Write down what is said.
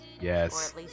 Yes